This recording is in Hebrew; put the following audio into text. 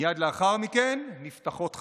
מייד לאחר מכן נפתחות חקירות.